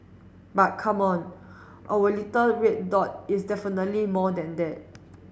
but come on our little red dot is definitely more than that